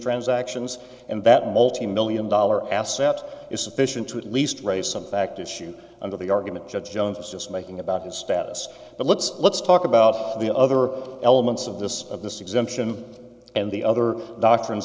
transactions and that multi million dollar assets is sufficient to at least raise some fact issue of the argument judge jones was just making about his status but let's let's talk about the other elements of this of this exemption and the other doctrines